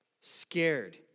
scared